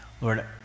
Lord